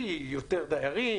כי יותר דיירים,